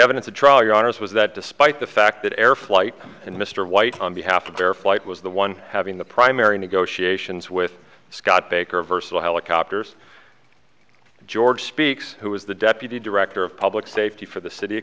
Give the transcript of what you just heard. evidence of trial your honour's was that despite the fact that air flight and mr white on behalf of their flight was the one having the primary negotiations with scott baker vs the helicopters george speaks who is the deputy director of public safety for the city